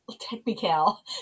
technical